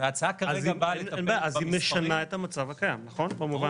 ההצעה כרגע באה לטפל במספרים --- היא משנה את המצב הקיים במובן הזה.